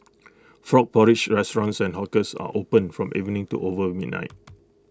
frog porridge restaurants and hawkers are opened from evening to over midnight